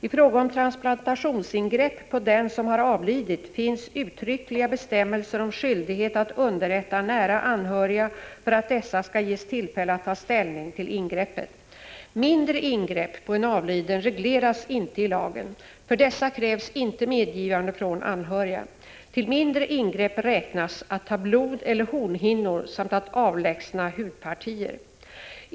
I fråga om transplantationsingrepp på den som har avlidit finns uttryckliga bestämmelser om skyldighet att underrätta nära anhöriga för att dessa skall ges tillfälle att ta ställning till ingreppet. Mindre ingrepp på en avliden regleras inte i lagen. För dessa krävs inte medgivande från anhöriga. Till mindre ingrepp räknas att ta blod eller hornhinnor samt att avlägsna hudpartier.